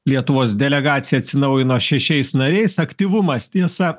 lietuvos delegacija atsinaujino šešiais nariais aktyvumas tiesa